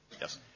Yes